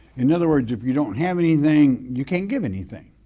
in other words, if you don't have anything, you can't give anything.